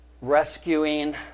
rescuing